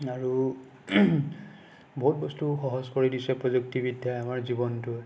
আৰু বহুত বস্তু সহজ কৰি দিছে প্ৰযুক্তিবিদ্যাই আমাৰ জীৱনটোৰ